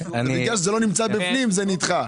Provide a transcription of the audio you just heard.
בגלל שזה לא נמצא בפנים זה נדחה.